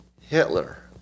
Hitler